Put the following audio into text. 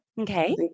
Okay